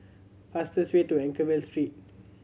fastest way to Anchorvale Street